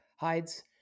hides